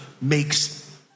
makes